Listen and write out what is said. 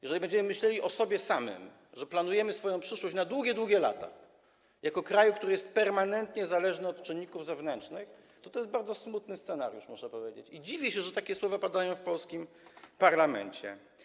Jeżeli będziemy myśleli o sobie samych tak, że planujemy swoją przyszłość na długie, długie lata jako kraj, który jest permanentnie zależny od czynników zewnętrznych, to jest to bardzo smutny scenariusz, muszę powiedzieć, i dziwię się, że takie słowa padają w polskim parlamencie.